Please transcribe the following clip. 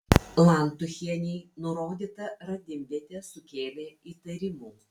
lantuchienei nurodyta radimvietė sukėlė įtarimų